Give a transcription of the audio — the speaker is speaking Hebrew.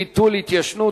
ביטול התיישנות),